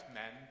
men